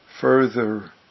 further